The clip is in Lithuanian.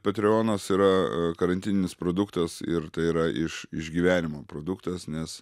patreonas yra a karantininis produktas ir tai yra iš išgyvenimo produktas nes